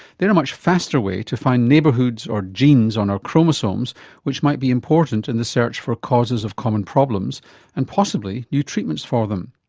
they're a much faster way to find neighbourhoods or genes on our chromosomes which might be important in the search for causes common problems and possibly new treatments for them.